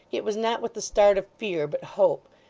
it was not with the start of fear but hope,